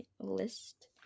list